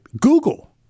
Google